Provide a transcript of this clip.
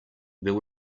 there